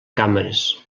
càmeres